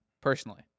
personally